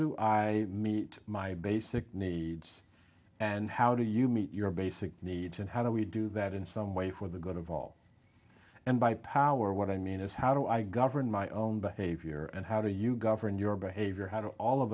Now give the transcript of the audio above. do i meet my basic needs and how do you meet your basic needs and how do we do that in some way for the good of all and by power what i mean is how do i govern my own behavior and how do you govern your behavior how to all of